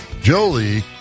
Jolie